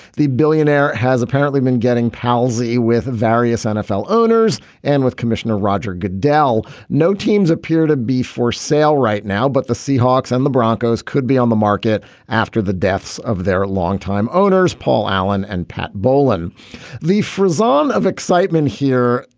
the billionaire has apparently been getting palsy with various nfl owners and with commissioner roger goodell. no teams appear to be for sale right now but the seahawks and the broncos could be on the market after the deaths of their longtime owners paul allen and pat bowlen the frozen of excitement here.